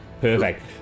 Perfect